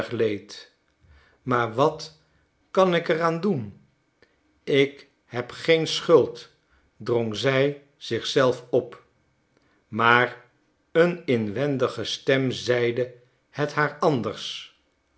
maar wat kan ik er aan doen ik heb geen schuld drong zij zich zelf op maar een inwendige stem zeide het haar anders